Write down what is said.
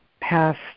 past